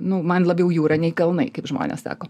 nu man labiau jūra nei kalnai kaip žmonės sako